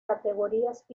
categorías